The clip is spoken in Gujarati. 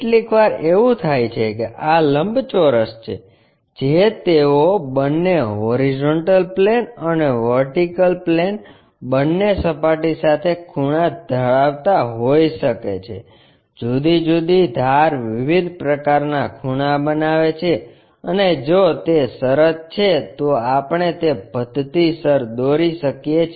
કેટલીકવાર એવુ થાય છે કે આ લંબચોરસ છે જે તેઓ બંને હોરીઝોન્ટલ પ્લેન અને વર્ટિકલ પ્લેન બંને સપાટી સાથે ખૂણા ધરાવતા હોઈ શકે છે જુદી જુદી ધાર વિવિધ પ્રકારનાં ખૂણા બનાવે છે અને જો તે શરત છે તો આપણે તે પધ્ધતિસર દોરી શકીએ છીએ